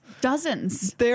Dozens